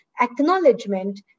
acknowledgement